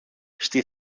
στη